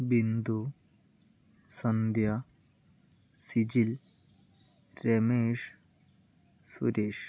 Bindu Sandhya Sijil Ramesh Suresh